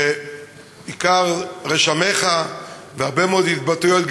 ועיקר רשמיך והרבה מאוד התבטאויות,